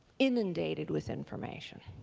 inundated with information.